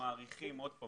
מעריכים שוב,